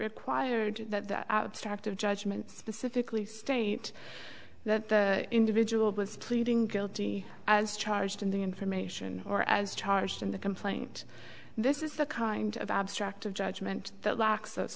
required that abstract of judgment specifically state that the individual was pleading guilty as charged in the information or as charged in the complaint this is the kind of abstract of judgment that lacks